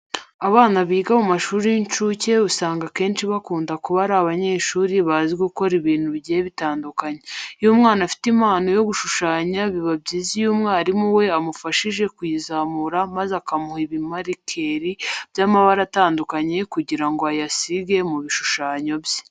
Abana biga mu mashuri y'incuke usanga akenshi bakunda kuba ari abanyeshuri bazi gukora ibintu bigiye bitandukanye. Iyo umwana afite impano yo gushushanya biba byiza iyo umwarimu we amufashishije kuyizamura maze akamuha ibimarikeri by'amabara atandukanye kugira ngo ayasige mu bishushanyo bye.